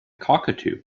cockatoo